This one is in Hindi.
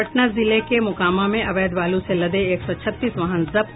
पटना जिले के मोकामा में अवैध बालू से लदे एक सौ छत्तीस वाहन जब्त